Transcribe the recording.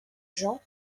jean